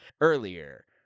earlier